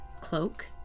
cloak